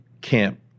camp